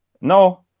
No